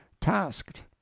tasked